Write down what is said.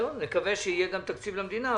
נקווה שיהיה גם תקציב למדינה.